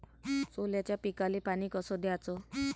सोल्याच्या पिकाले पानी कस द्याचं?